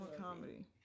comedy